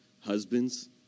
Husbands